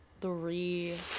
three